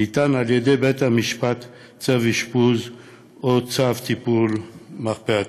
ניתן על-ידי בית-המשפט צו אשפוז או צו טיפול מרפאתי.